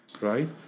right